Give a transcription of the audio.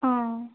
অঁ